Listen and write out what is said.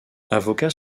avocat